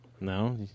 No